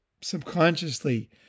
subconsciously